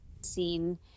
seen